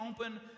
open